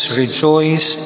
rejoice